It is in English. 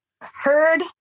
heard